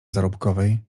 zarobkowej